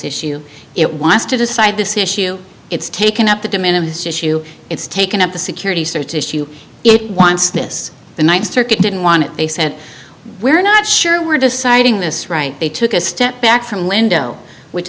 issue it wants to decide this issue it's taken up the demand of this issue it's taken up the security searches it wants this the ninth circuit didn't want it they said we're not sure we're deciding this right they took a step back from window which